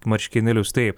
marškinėlius taip